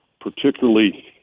particularly